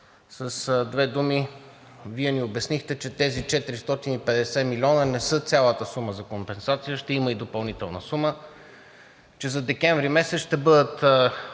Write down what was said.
С две думи – Вие ни обяснихте, че тези 450 млн. лв. не са цялата сума за компенсация, ще има и допълнителна сума, че за декември месец ще бъдат